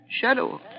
Shadow